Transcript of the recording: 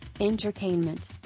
Entertainment